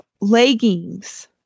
leggings